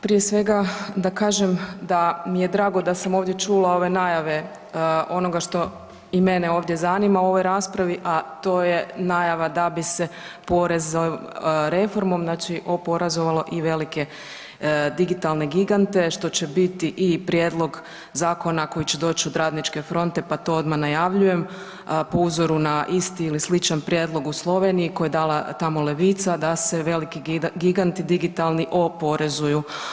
Prije svega da kažem da mi je drago da sam ovdje čula ove najave onoga što i mene ovdje zanima u ovoj raspravi, a to je najava da bi se poreznom reformom znači oporezovalo i velike digitalne gigante što će biti i prijedlog zakona koji će doći od Radničke fronte, pa to odmah najavljujem po uzoru na isti ili sličan prijedlog u Sloveniji koji je dala tamo Levica da se veliki giganti digitalni oporezuju.